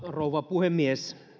rouva puhemies